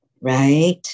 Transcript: right